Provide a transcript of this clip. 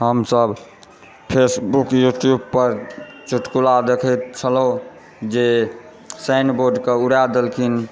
हमसभ Facebook YouTube पर चुटकुला देखैत छलहुँ जे साइनबोर्डक उड़ए देलखिन